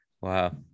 Wow